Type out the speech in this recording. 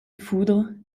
foudre